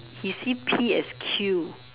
he see P as Q